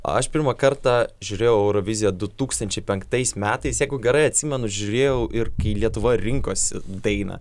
aš pirmą kartą žiūrėjau euroviziją du tūkstančiai penktais metais jeigu gerai atsimenu žiūrėjau ir kai lietuva rinkosi dainą